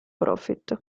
profit